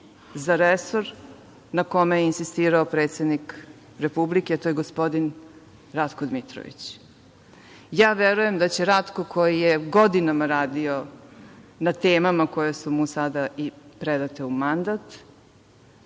za resor na kojem je insistirao predsednik Republike, to je gospodin Ratko Dmitrović. Verujem da će Ratko, koji je godinama radio na temama, koje su mu sada i predate u mandat,